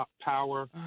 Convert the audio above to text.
power